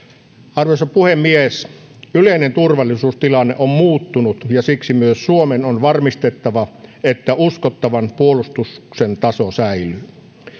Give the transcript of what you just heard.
arvoisa puhemies yleinen turvallisuustilanne on muuttunut ja siksi myös suomen on varmistettava että uskottavan puolustuksen taso säilyy